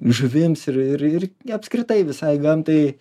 žuvims ir ir ir apskritai visai gamtai